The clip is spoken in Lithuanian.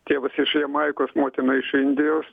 tėvas iš jamaikos motina iš indijos